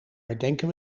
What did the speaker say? herdenken